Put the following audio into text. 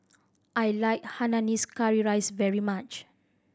I like Hainanese curry rice very much